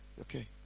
Okay